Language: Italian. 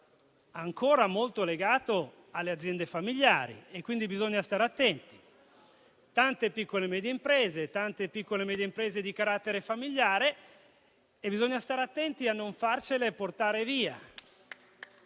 ancora molto legato alle aziende familiari. Vi sono tante piccole e medie imprese di carattere familiare e bisogna stare attenti a non farcele portar via.